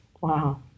Wow